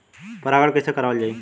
परागण कइसे करावल जाई?